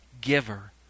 giver